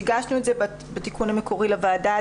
באזורי הסעדה.